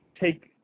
take